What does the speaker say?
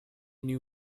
new